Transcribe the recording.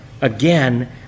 again